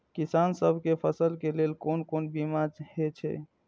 किसान सब के फसल के लेल कोन कोन बीमा हे छे?